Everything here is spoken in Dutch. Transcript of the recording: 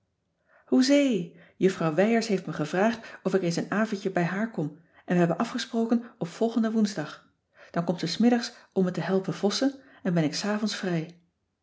hoezee juffrouw wijers heeft me gevraagd of ik eens een avondje bij haar kom en we hebben afgesproken op volgenden woensdag dan komt ze s middags om me te helpen vossen en ben ik s avonds vrij